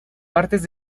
partes